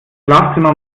schlafzimmer